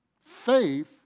Faith